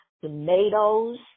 tomatoes